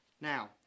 Now